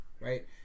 right